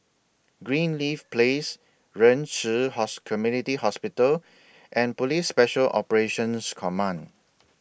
Greenleaf Place Ren Ci House Community Hospital and Police Special Operations Command